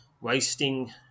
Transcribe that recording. Wasting